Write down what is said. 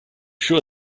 sure